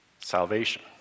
salvation